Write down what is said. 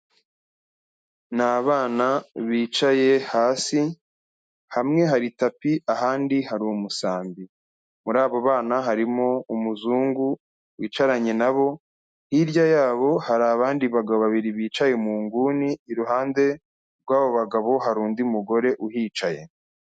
Ni abana bicaye hasi, hamwe hari tapi, ahandi hari umusambi, muri abo bana harimo umuzungu wicaranye na bo, hirya y'abo hari abandi bagabo babiri bicaye mu nguni, iruhande rw'abo bagabo hari undi mugore uhicaye.